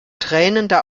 tränende